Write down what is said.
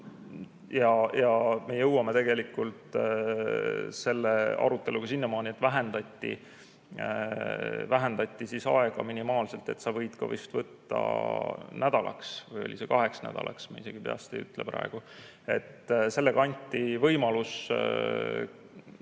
Ja me jõuame tegelikult selle aruteluga sinnamaani, et vähendati aega minimaalselt. Sa võid ka vist võtta nädalaks – või oli see kaheks nädalaks, ma isegi peast ei oska öelda praegu. Sellega anti võimalus suuremale